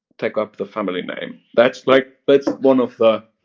take up the family name. that's like that's one of the